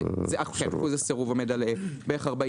אחוז הסירוב עומד על כ-40%.